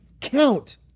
count